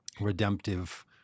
redemptive